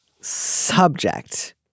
Subject